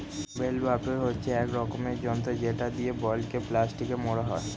bell বাপের হচ্ছে এক রকমের যন্ত্র যেটা দিয়ে বেলকে প্লাস্টিকে মোড়া হয়